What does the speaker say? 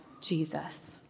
Jesus